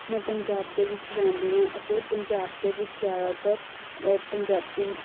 ਮੈਂ ਪੰਜਾਬ ਦੇ ਵਿੱਚ ਰਹਿੰਦੀ ਹਾਂ ਅਤੇ ਪੰਜਾਬ ਦੇ ਵਿੱਚ ਜ਼ਿਆਦਾਤਰ ਪੰਜਾਬੀ